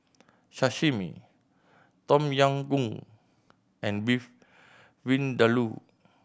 Sashimi Tom Yam Goong and Beef Vindaloo